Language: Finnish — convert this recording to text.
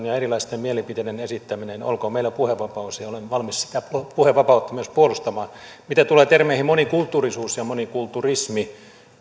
ja erilaisten mielipiteiden esittäminen kuuluu tähän instituutioon olkoon meillä puhevapaus ja olen valmis sitä puhevapautta myös puolustamaan mitä tulee termeihin monikulttuurisuus ja monikulturismi